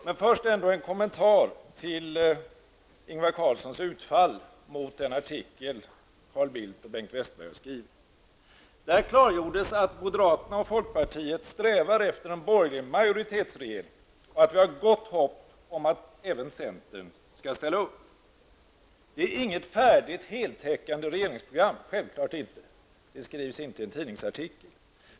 Men först en kommentar till Ingvar Carlssons utfall mot en artikel som Carl Bildt och Bengt Westerberg har skrivit. I artikeln klargjordes att moderaterna och folkpartiet strävade efter en borgerlig majoritetsregering och att de har gott hopp om att även centern skall ställa upp. Det är självfallet inte något färdigt heltäckande regeringsprogram. Något sådant skrivs inte i en tidningsartikel.